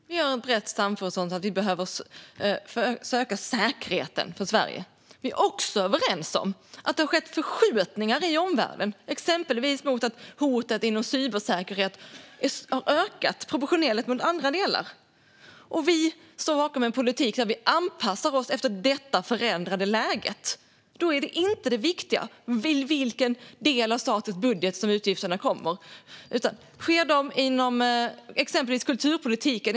Herr ålderspresident! Vi har ett brett samförstånd om att vi behöver öka säkerheten för Sverige. Vi är också överens om att det har skett förskjutningar i omvärlden. Exempelvis har hotet när det gäller cybersäkerhet ökat jämfört med andra delar. Vi står bakom en politik där vi anpassar oss till det förändrade läget. Då är inte det viktiga i vilken del av statens budget som utgifterna kommer. Det kan exempelvis vara inom kulturpolitiken.